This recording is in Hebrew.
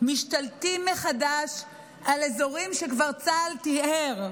משתלטים מחדש על אזורים שצה"ל כבר טיהר,